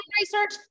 research